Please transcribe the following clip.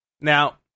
Now